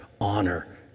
honor